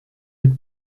vite